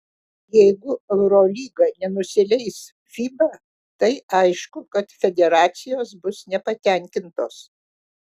jeigu eurolyga nenusileis fiba tai aišku kad federacijos bus nepatenkintos